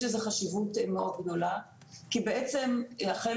יש לזה חשיבות מאוד גדולה כי בעצם החל